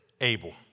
able